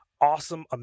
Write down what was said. awesome